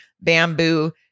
bamboo